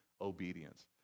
obedience